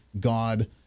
God